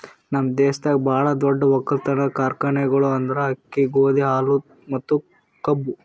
ನಮ್ ದೇಶದಾಗ್ ಭಾಳ ದೊಡ್ಡ ಒಕ್ಕಲತನದ್ ಕಾರ್ಖಾನೆಗೊಳ್ ಅಂದುರ್ ಅಕ್ಕಿ, ಗೋದಿ, ಹಾಲು ಮತ್ತ ಕಬ್ಬು